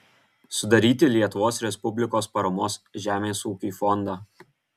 sudaryti lietuvos respublikos paramos žemės ūkiui fondą